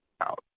out